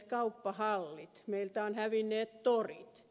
meiltä ovat hävinneet torit